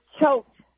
choked